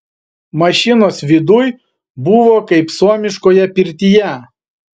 mašinos viduj buvo kaip suomiškoje pirtyje